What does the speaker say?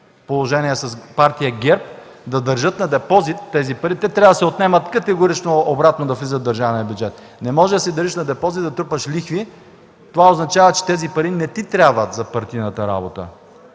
положение с Партия ГЕРБ – да държат на депозит такива пари. Те трябва да се отнемат категорично и да влизат обратно в държавния бюджет. Не можеш да държиш пари на депозит и да трупаш лихви. Това означава, че тези пари не ти трябват за партийната работа.